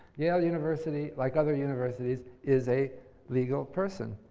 yale university, like other universities, is a legal person,